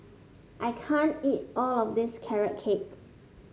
I can't eat all of this Carrot Cake